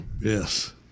Yes